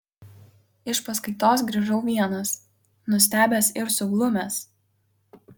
iš paskaitos grįžau vienas nustebęs ir suglumęs